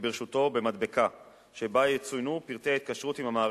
שברשותו במדבקה שיצוינו בה פרטי ההתקשרות עם המערכת.